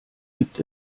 gibt